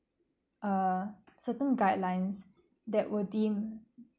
err certain guidelines that will deem